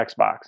Xbox